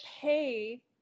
pay